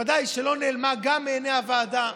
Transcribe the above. ודאי שזה לא נעלם גם מעיני הוועדה,